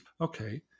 Okay